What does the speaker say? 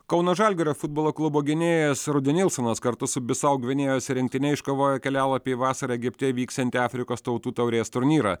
kauno žalgirio futbolo klubo gynėjas rudi nilsonas kartu su bisau gvinėjos rinktine iškovojo kelialapį į vasarą egipte vyksiantį afrikos tautų taurės turnyrą